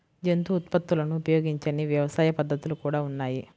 జంతు ఉత్పత్తులను ఉపయోగించని వ్యవసాయ పద్ధతులు కూడా ఉన్నాయి